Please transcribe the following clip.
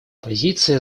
позиция